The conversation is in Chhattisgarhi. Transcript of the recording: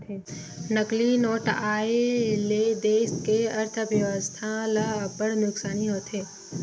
नकली नोट आए ले देस के अर्थबेवस्था ल अब्बड़ नुकसानी होथे